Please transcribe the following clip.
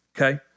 okay